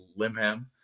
Limham